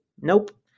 Nope